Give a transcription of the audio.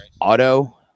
Auto